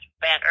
better